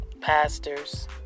pastors